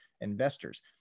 investors